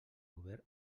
govern